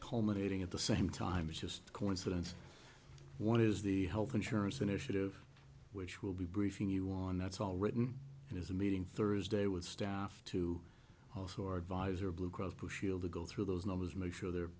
culminating at the same time it's just coincidence one is the health insurance initiative which will be briefing you on that's all written and as a meeting thursday with staff to house or advisor blue cross blue shield to go through those numbers make sure they're